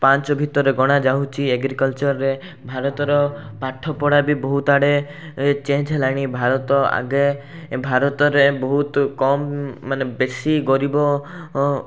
ପାଞ୍ଚ ଭିତରେ ଗଣା ଯାଉଛି ଏଗ୍ରିକଲଚରେ ଭାରତର ପାଠପଢ଼ା ବି ବହୁତ ଆଡ଼େ ଚେଞ୍ଜ ହେଲାଣି ଭାରତ ଆଗେ ଭାରତରେ ବହୁତ କମ ମାନେ ବେଶୀ ଗରିବ